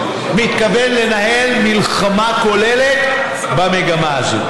מתכוון לנהל מלחמה כוללת במגמה הזאת.